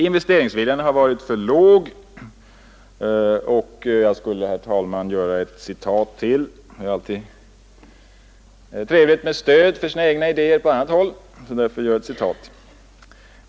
Investeringsviljan har varit för dålig, och jag skulle, herr talman, vilja göra ett citat till. Det är alltid trevligt när man på annat håll finner stöd för sina egna idéer.